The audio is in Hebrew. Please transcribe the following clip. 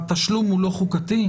התשלום הוא לא חוקתי?